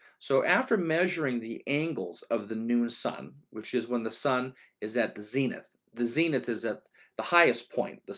so after measuring the angles of the new sun, which is when the sun is at the zenith. the zenith is at the highest point,